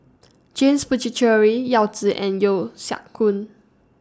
James Puthucheary Yao Zi and Yeo Siak Goon